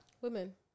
women